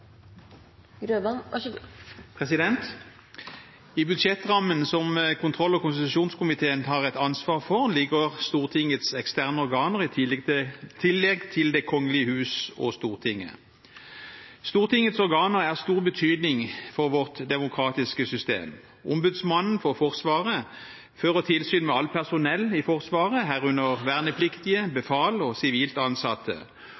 I budsjettrammen som kontroll- og konstitusjonskomiteen har et ansvar for, ligger Stortingets eksterne organer i tillegg til Det kongelige hus og Stortinget. Stortingets organer er av stor betydning for vårt demokratiske system. Ombudsmannen for Forsvaret fører tilsyn med alt personell i Forsvaret, herunder vernepliktige, befal og sivilt ansatte,